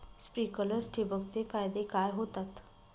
Sprinklers ठिबक चे फायदे काय होतात?